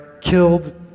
killed